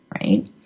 right